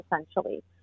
essentially